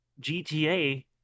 GTA